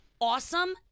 awesome